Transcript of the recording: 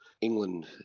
england